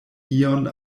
ion